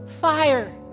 fire